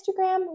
Instagram